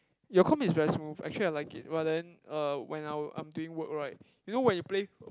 your comp is very smooth actually I like it but then uh when I I'm doing work right you know when you play